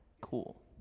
Cool